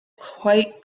quite